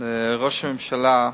לראש הממשלה,